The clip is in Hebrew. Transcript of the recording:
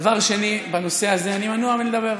דבר שני, בנושא הזה אני מנוע מלדבר.